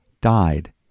died